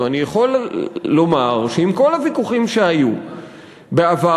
יכול לומר שעם כל הוויכוחים שהיו בעבר,